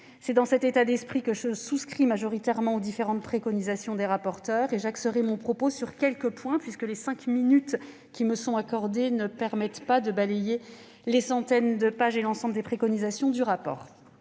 C'est dans cet esprit que je partage majoritairement les différentes préconisations de nos rapporteurs. J'axerai mon propos sur quelques points, puisque le temps qui m'est accordé ne me permettra pas de balayer les centaines de pages et l'ensemble des préconisations du rapport.